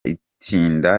itinda